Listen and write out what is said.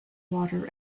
water